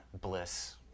bliss